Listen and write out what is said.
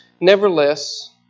Nevertheless